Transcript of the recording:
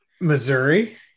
Missouri